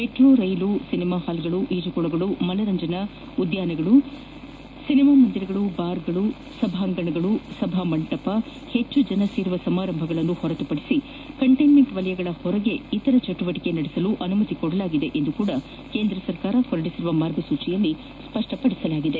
metro ರ್ನೆಲು cinema ಪಾಲ್ಗಳು ಈಜುಕೊಳಗಳು ಮನರಂಜನಾ ಉದ್ದಾನಗಳು ಸಿನಿಮಾ ಮಂದಿರಗಳು ಬಾರ್ಗಳು ಸಭಾಂಗಣ ಸಭಾ ಮಂಟಪಗಳು ಹೆಚ್ಚು ಜನ ಸೇರುವ ಸಮಾರಂಭಗನ್ನು ಹೊರತುಪಡಿಸಿ ಕಂಟೈನ್ಮೇಂಟ್ ವಲಯಗಳ ಹೊರಗೆ ಇತರೆ ಚಟುವಟಿಕೆಗಳನ್ನು ನಡೆಸಲು ಅನುಮತಿ ನೀಡಲಾಗಿದೆ ಎಂದು ಕೇಂದ್ರ ಸರ್ಕಾರ ಹೊರಡಿಸಿರುವ ಮಾರ್ಗಸೂಚಿಯಲ್ಲಿ ತಿಳಿಸಲಾಗಿದೆ